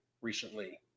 recently